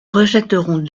rejetterons